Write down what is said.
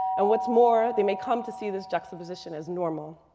and what's more, they may come to see this juxtaposition as normal.